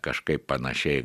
kažkaip panašiai